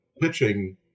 pitching